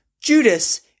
Judas